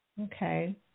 Okay